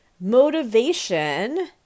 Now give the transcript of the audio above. motivation